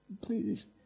please